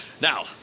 Now